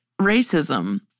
racism